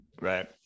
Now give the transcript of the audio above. Right